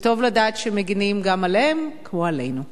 וטוב לדעת שמגינים גם עליהם כמו עלינו.